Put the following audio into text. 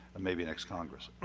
and maybe next congress.